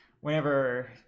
whenever